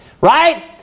right